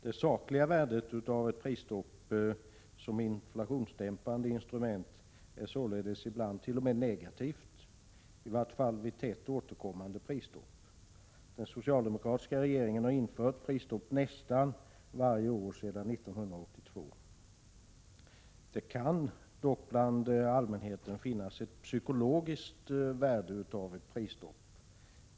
Det sakliga värdet av ett prisstopp som inflationsdämpande instrument är således ibland t.o.m. negativt, i vart fall vid tätt återkommande prisstopp. Den socialdemokratiska regeringen har infört prisstopp nästan varje år sedan 1982. Det kan dock bland allmänheten finnas ett psykologiskt värde av ett prisstopp.